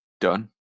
done